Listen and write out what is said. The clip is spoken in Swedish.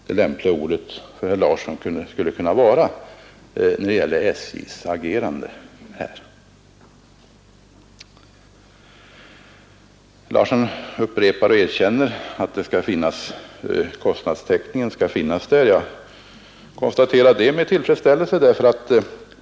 Herr Larsson i Borrby erkänner att det skall finnas kostnadstäckning — jag konstaterar det med tillfredsställelse.